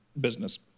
business